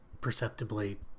perceptibly